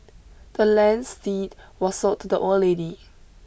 the land's deed was sold to the old lady